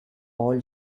all